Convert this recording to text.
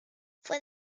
fue